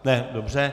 Ne, dobře.